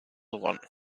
one